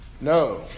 No